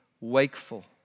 wakeful